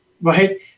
Right